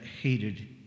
hated